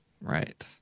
Right